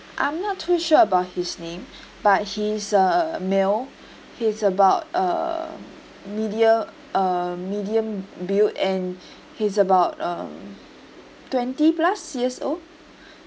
I'm not too sure about his name but he is a male he's about uh medium uh medium build and he's about um twenty plus years old